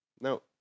Now